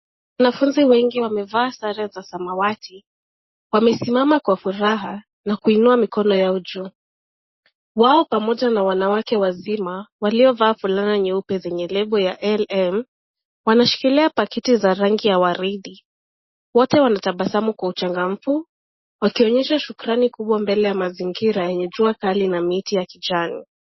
Wanafunzi wengi wamevaa sare za samawati. Wamesimama kwa furaha na kuinua mikono yao juu. Wao pamoja na wanawake wazima, waliovaa fulana nyeupe zenye label ya L.M, wanashikilia pakiti za rangi ya waridi. Wote wanatabasamu kwa uchangamfu, wakionyesha shukrani kubwa mbele ya mazingira yenye jua kali na miti ya kijani.